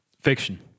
Fiction